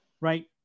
Right